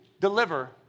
deliver